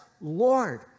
Lord